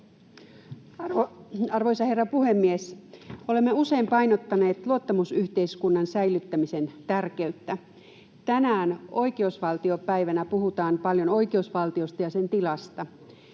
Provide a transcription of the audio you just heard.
Arvoisa herra puhemies! Olemme usein painottaneet luottamusyhteiskunnan säilyttämisen tärkeyttä. Tänään oikeusvaltiopäivänä puhutaan paljon oikeusvaltiosta ja sen tilasta.